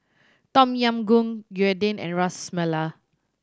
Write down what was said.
Tom Yam Goong Gyudon and Ras Malai